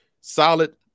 solid